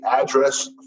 address